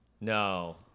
no